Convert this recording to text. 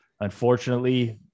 unfortunately